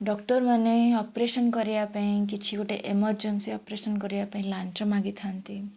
ଡକ୍ଟରମାନେ ଅପରେସନ୍ କରିବା ପାଇଁ କିଛି ଗୋଟେ ଏମରଜେନ୍ସି ଅପରେସନ୍ କରିବାପାଇଁ ଲାଞ୍ଚ ମାଗିଥାନ୍ତି